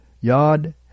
Yod